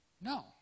No